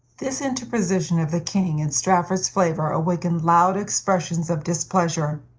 this interposition of the king in strafford's favor awakened loud expressions of displeasure.